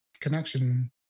connection